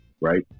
right